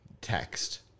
text